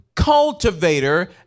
cultivator